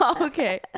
okay